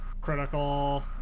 critical